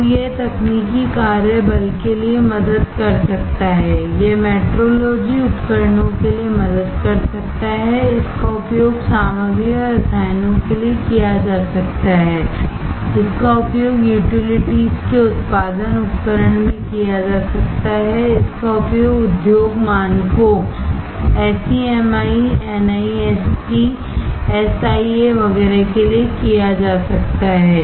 तो यह तकनीकी कार्य बल के लिए मदद कर सकता है यह मेट्रोलॉजी उपकरणों के लिए मदद कर सकता है इसका उपयोग सामग्री और रसायनों के लिए किया जा सकता है इसका उपयोग यूटिलिटीज के उत्पादन उपकरण में किया जा सकता है इसका उपयोग उद्योग मानकों एसईएमआई एनआईएसटी एसआईए वगैरह के लिए किया जा सकता है